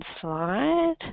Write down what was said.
slide